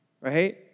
right